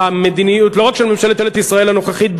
במדיניות לא רק של ממשלת ישראל הנוכחית,